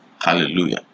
Hallelujah